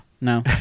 No